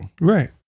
Right